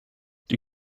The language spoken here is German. die